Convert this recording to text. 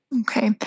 Okay